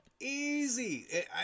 easy